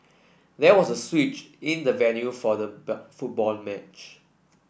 there was a switch in the venue for the football match